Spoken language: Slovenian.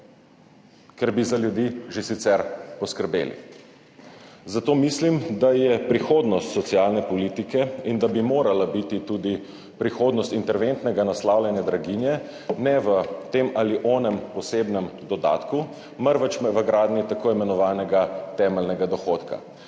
ker bi za ljudi že sicer poskrbeli. Zato mislim, da bi morala biti tudi prihodnost interventnega naslavljanja draginje ne v tem ali onem osebnem dodatku, marveč v gradnji tako imenovanega temeljnega dohodka.